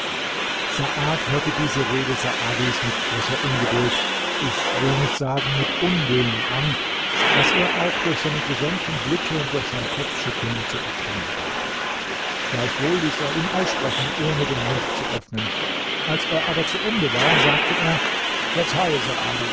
saad hörte diese rede saadis mit großer ungeduld ich will nicht sagen mit unwillen an was er auch durch seine gesenkten blicke und durch sein kopfschütteln zu erkennen gab gleichwohl ließ er ihn aussprechen ohne den mund zu öffnen als er aber zu ende war sagte er